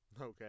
Okay